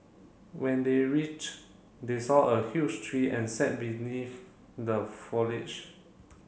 when they reached they saw a huge tree and sat beneath the foliage